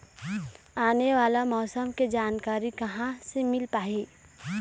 आने वाला मौसम के जानकारी कहां से मिल पाही?